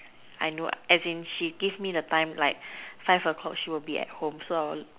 I know as in she give me the time like five o-clock she will be at home so I'll